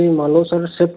मान लो sir shift